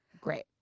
Great